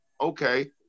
Okay